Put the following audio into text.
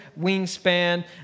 wingspan